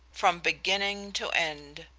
from beginning to end.